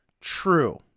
true